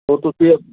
ਸੋ ਤੁਸੀਂ